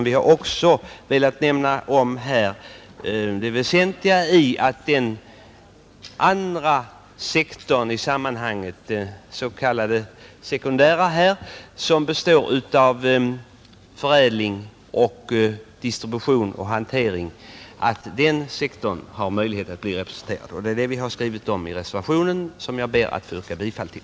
Vi har velat erinra om att den andra väsentliga sektorn i sammanhanget, den s.k. sekundära sektorn, som består av förädling, distribution och hantering, bör ha möjlighet att vara representerad. Det är detta som vi har skrivit i vår reservation, som jag ber att få yrka bifall till.